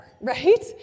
right